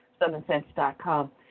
SouthernSense.com